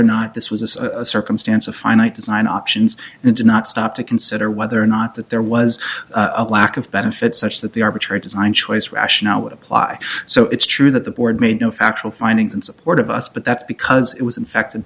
not this was a circumstance of finite design options and did not stop to consider whether or not that there was a lack of benefits such that the arbitrary design choice rationale would apply so it's true that the board made no factual findings in support of us but that's because it was infected